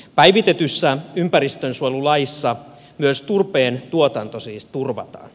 päivitetyssä ympäristönsuojelulaissa myös turpeen tuotanto siis turvataan